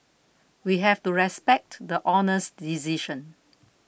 we have to respect the Honour's decision